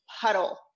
puddle